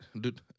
dude